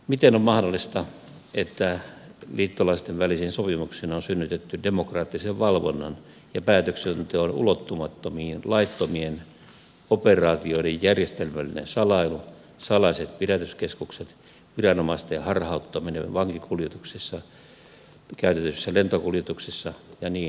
miten on mahdollista että liittolaisten välisin sopimuksin on synnytetty demokraattisen valvonnan ja päätöksenteon ulottumattomiin laittomien operaatioiden järjestelmällinen salailu salaiset pidätyskeskukset viranomaisten harhauttaminen vankikuljetuksissa käytetyissä lentokuljetuksissa ja niin edelleen